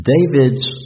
David's